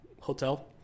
hotel